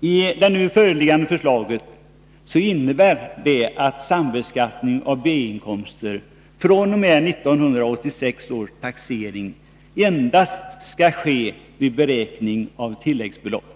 Det nu föreliggande förslaget innebär att sambeskattning av B-inkomster fr.o.m. 1986 års taxering skall ske endast vid beräkning av tilläggsbelopp.